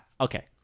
Okay